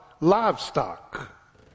livestock